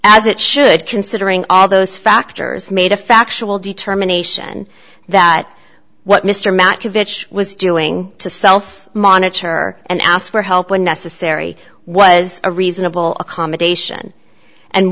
as it should considering all those factors made a factual determination that what mr matvichuk was doing to self monitor and asked for help when necessary was a reasonable a